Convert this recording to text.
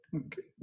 okay